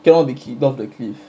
cannot be kicked off the cliff